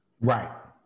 Right